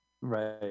Right